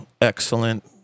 excellent